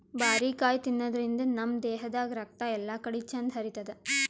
ಬಾರಿಕಾಯಿ ತಿನಾದ್ರಿನ್ದ ನಮ್ ದೇಹದಾಗ್ ರಕ್ತ ಎಲ್ಲಾಕಡಿ ಚಂದ್ ಹರಿತದ್